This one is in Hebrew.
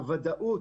בנוסף, הוודאות